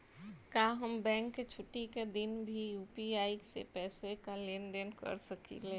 का हम बैंक के छुट्टी का दिन भी यू.पी.आई से पैसे का लेनदेन कर सकीले?